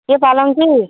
କିଏ ପାଲଙ୍କି